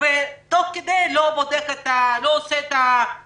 ותוך כדי ההסגר עורך את הבדיקות?